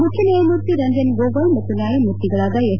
ಮುಖ್ಯ ನ್ಯಾಯಮೂರ್ತಿ ರಂಜನ್ ಗೊಗೋಯ್ ಮತ್ತು ನ್ಯಾಯಮೂರ್ತಿಗಳಾದ ಎಸ್